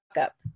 up